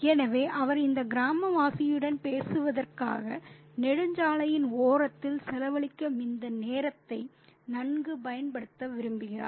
எனவே அவர் இந்த கிராமவாசியுடன் பேசுவதற்காக நெடுஞ்சாலையின் ஓரத்தில் செலவழிக்கும் இந்த நேரத்தை நன்கு பயன்படுத்த விரும்புகிறார்